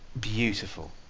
beautiful